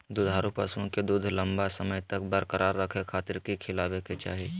दुधारू पशुओं के दूध लंबा समय तक बरकरार रखे खातिर की खिलावे के चाही?